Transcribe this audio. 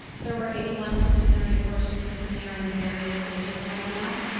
there were eighty one preliminary apportionments and they are in various stages right now.